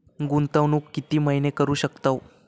गुंतवणूक किती महिने करू शकतव?